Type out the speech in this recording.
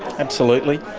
absolutely.